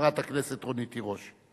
חברת הכנסת רונית תירוש.